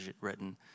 written